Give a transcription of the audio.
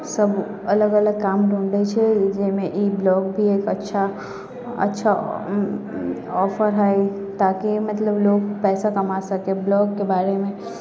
सब अलग अलग काम ढूँढ़ै छै जाहिमे ई ब्लॉग भी एक अच्छा अच्छा ऑफर है ताकि मतलब लोक पैसा कमा सकै ब्लॉगके बारेमे